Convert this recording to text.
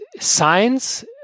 Science